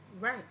Right